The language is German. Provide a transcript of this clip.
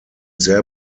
sehr